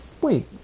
wait